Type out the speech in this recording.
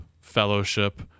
fellowship